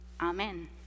Amen